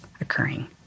occurring